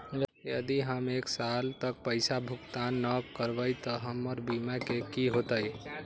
यदि हम एक साल तक पैसा भुगतान न कवै त हमर बीमा के की होतै?